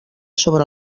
sobre